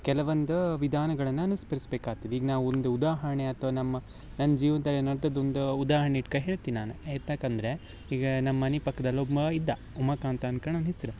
ಕೆಲವೊಂದು ವಿಧಾನಗಳನ್ನ ಅನುಸರಿಸ್ಬೇಕಾಗ್ತದೆ ಈಗ ನಾವು ಒಂದು ಉದಾಹರಣೆ ಅಥ್ವಾ ನಮ್ಮ ನನ್ನ ಜೀವನದಲ್ಲಿ ನಡ್ದದ್ದೊಂದು ಉದಾಹರಣೆ ಇಟ್ಕೊ ಹೇಳ್ತಿ ನಾನು ಎಂತಕ್ಕಂದ್ರೆ ಈಗ ನಮ್ಮನೆ ಪಕ್ದಲ್ಲಿ ಒಬ್ಬ ಇದ್ದ ಉಮಕಾಂತ ಅನ್ಕಣ್ ಅವ್ನ ಹೆಸ್ರು